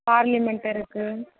parliament இருக்குது